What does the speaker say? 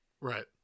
Right